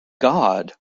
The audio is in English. god